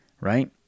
right